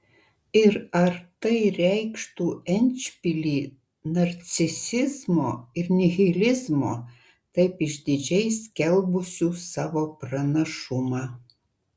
ir ar tai reikštų endšpilį narcisizmo ir nihilizmo taip išdidžiai skelbusių savo pranašumą